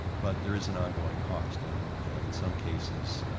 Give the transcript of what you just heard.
but there is an ongoing cost, and and in some cases,